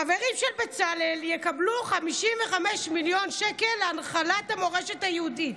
החברים של בצלאל יקבלו 55 מיליון שקל להנחלת המורשת היהודית.